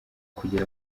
kugira